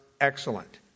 excellent